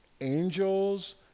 angels